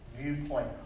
viewpoint